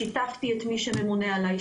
שיתפתי את מי שממונה עליי.